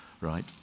Right